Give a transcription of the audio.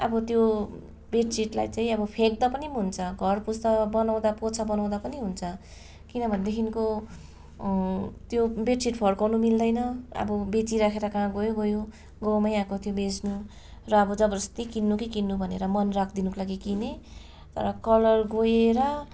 अब त्यो बेड सिटलाई चाहिँ अब फ्याँक्दा पनि हुन्छ घर पुछ्दा बनाउँदा पोछा बनाउँदा पनि हुन्छ किनभनेदेखिनको त्यो बेड सिट फर्काउनु मिल्दैन अब बेचिराखेर कहाँ गयो गयो गाउँमै आएको थियो बेच्नु र अब जबरजस्ती किन्नु कि किन्नु भनेर मन राखिदिनुको लागि किने तर कलर गएर